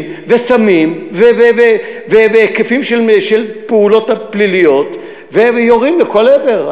וסמים והיקפים של פעולות פליליות והם יורים לכל עבר.